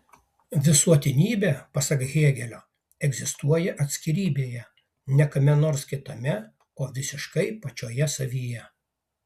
visuotinybė pasak hėgelio egzistuoja atskirybėje ne kame nors kitame o visiškai pačioje savyje